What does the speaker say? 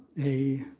a